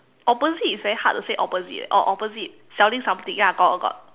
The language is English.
opposite is very hard to say opposite eh or opposite selling something ya got got got